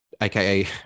aka